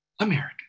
American